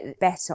better